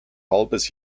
halbes